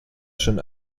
schon